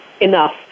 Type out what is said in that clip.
enough